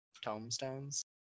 Tombstones